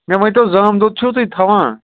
مےٚ ؤنۍتو زامہٕ دۄد چھُوٕ تُہۍ تھاوان